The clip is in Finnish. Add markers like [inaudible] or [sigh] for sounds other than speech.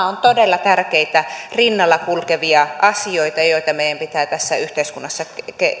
[unintelligible] ovat todella tärkeitä rinnalla kulkevia asioita joita meidän pitää tässä yhteiskunnassa